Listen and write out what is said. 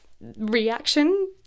reaction